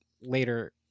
later